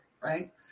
right